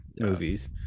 movies